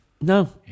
No